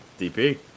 DP